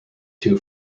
two